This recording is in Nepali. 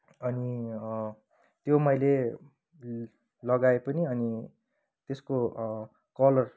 अनि त्यो मैले लगाएँ पनि अनि त्यसको कलर